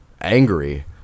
angry